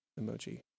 emoji